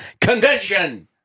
Convention